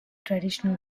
traditional